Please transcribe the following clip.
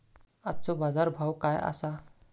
आजचो बाजार भाव काय आसा?